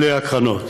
אלה הקרנות